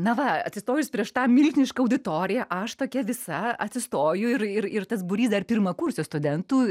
na va atsistojus prieš tą milžinišką auditoriją aš tokia visa atsistoju ir ir ir tas būrys dar pirmakursių studentų